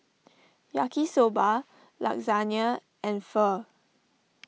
Yaki Soba Lasagna and Pho